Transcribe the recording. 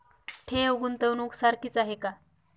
ठेव, गुंतवणूक सारखीच आहे का?